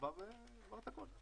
עבר את הכול.